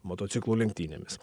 motociklų lenktynėmis